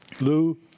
Lou